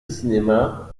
cinéma